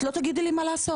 את לא תגידי לי מה לעשות,